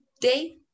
day